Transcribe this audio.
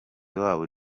wabo